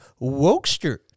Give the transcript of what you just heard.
Wokester